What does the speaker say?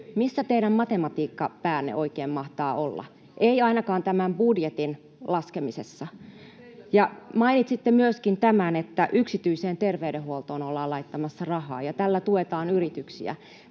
Missä teidän matematiikkapäänne oikein mahtaa olla? Ei ainakaan tämän budjetin laskemisessa. [Eveliina Heinäluoman välihuuto] Mainitsitte myöskin, että yksityiseen terveydenhuoltoon ollaan laittamassa rahaa ja tällä tuetaan yrityksiä.